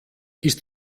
ist